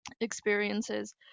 experiences